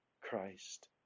Christ